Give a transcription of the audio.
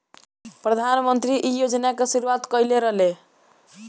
प्रधानमंत्री इ योजना के शुरुआत कईले रलें